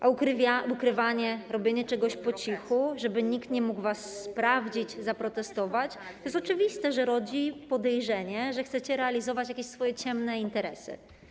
A ukrywanie, robienie czegoś po cichu, żeby nikt nie mógł was sprawdzić i zaprotestować, oczywiście rodzi podejrzenie, że chcecie realizować jakieś swoje ciemne interesy.